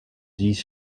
these